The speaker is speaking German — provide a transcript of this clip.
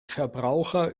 verbraucher